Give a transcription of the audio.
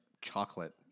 chocolate